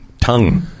tongue